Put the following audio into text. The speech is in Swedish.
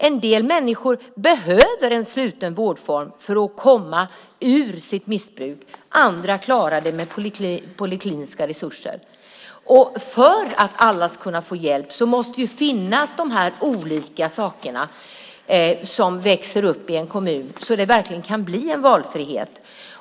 En del människor behöver en sluten vårdform för att komma ur ett missbruk. Andra klarar det med polikliniska resurser. För att alla ska få hjälp måste de olika sakerna finnas i en kommun, så att det verkligen kan bli en valfrihet.